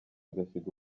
agasiga